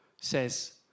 says